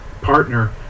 partner